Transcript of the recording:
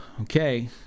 okay